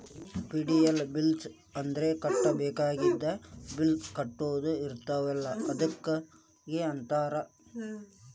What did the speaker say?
ಪೆ.ಡಿ.ಯು bills ಅಂದ್ರ ಕಟ್ಟಬೇಕಾಗಿದ್ದ bill ಕಟ್ಟದ ಇರ್ತಾವಲ ಅದಕ್ಕ ಅಂತಾರ